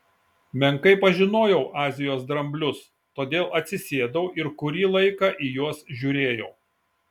menkai pažinojau azijos dramblius todėl atsisėdau ir kurį laiką į juos žiūrėjau